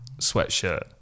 sweatshirt